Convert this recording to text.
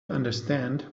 understand